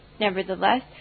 nevertheless